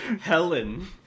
Helen